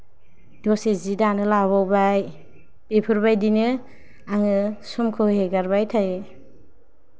दसे जि दानो लाबावबाय इफोरबायदिनो आङो समखौ एगारबाय थायो